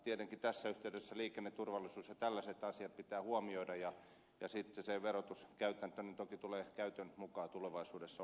tietenkin tässä yhteydessä liikenneturvallisuus ja tällaiset asiat pitää huomioida ja sitten se verotuskäytäntö toki tulee käytön mukaan tulevaisuudessa olemaankin